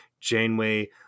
Janeway